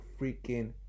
freaking